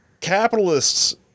capitalists